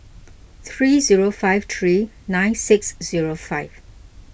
three zero five three nine six zero five